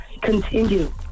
continue